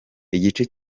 igice